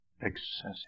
Excessive